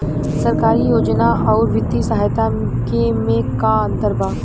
सरकारी योजना आउर वित्तीय सहायता के में का अंतर बा?